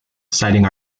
citing